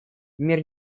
мир